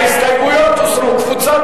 ההסתייגות של קבוצת